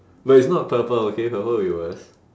but it's not purple okay purple will be worse